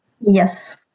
Yes